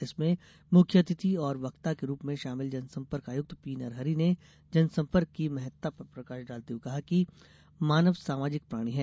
इसमें मुख्य अतिथि और वक्ता के रूप में शामिल जनसम्पर्क आयुक्त पीनरहरि ने जनसम्पर्क की महत्ता पर प्रकाश डालते हुए कहा की मानव सामाजिक प्राणी है